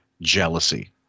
jealousy